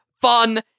fun